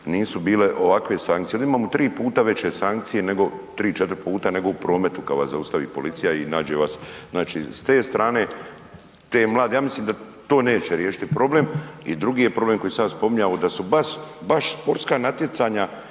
nisu bile ovakve sankcije. Ovdje imamo tri puta veće sankcije, tri, četiri puta nego u prometu kada vas zaustavi policija i naše vas. Znači s te strane te mlade, ja mislim da to neće riješiti problem. I drugi je problem koji sam ja spominjao da su baš sportska natjecanja